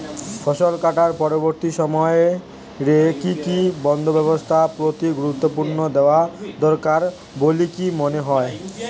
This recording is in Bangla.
ফসলকাটার পরবর্তী সময় রে কি কি বন্দোবস্তের প্রতি গুরুত্ব দেওয়া দরকার বলিকি মনে হয়?